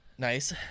Nice